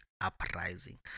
uprising